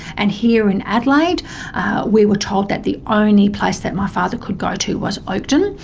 and here in adelaide we were told that the only place that my father could go to was oakden,